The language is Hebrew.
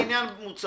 ברושי, העניין מוצה.